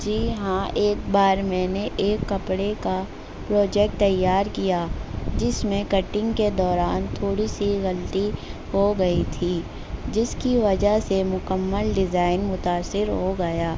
جی ہاں ایک بار میں نے ایک کپڑے کا پروجیکٹ تیار کیا جس میں کٹنگ کے دوران تھوڑی سی غلطی ہو گئی تھی جس کی وجہ سے مکمل ڈیزائن متاثر ہو گیا